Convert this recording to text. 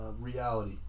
reality